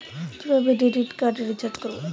কিভাবে DTH recharge করব?